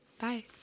Bye